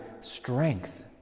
strength